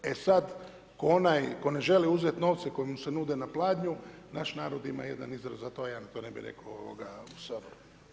E sad ko onaj koji ne želi uzeti novce koji mu se nude na pladnju, naš narod ima jedan izraz za to, ja to ne bi rekao u Saboru.